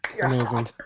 Amazing